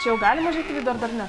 čia jau galima užeit į vidų ar dar ne